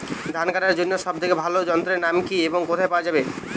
ধান কাটার জন্য সব থেকে ভালো যন্ত্রের নাম কি এবং কোথায় পাওয়া যাবে?